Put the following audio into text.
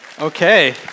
Okay